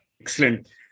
Excellent